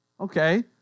Okay